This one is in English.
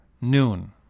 noon